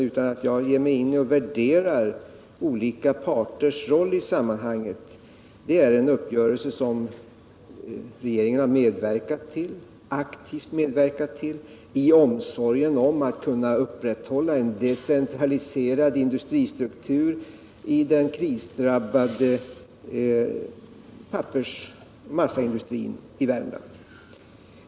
Utan att jag ger mig in på att värdera olika parters roll i sammanhanget vill jag säga att regeringen aktivt har medverkat till den s.k. fyrbruksuppgörelsen, och det har skett av omsorg om att kunna upprätthålla en decentraliserad industristruktur i den krisdrabbade massaindustrin i Värmland.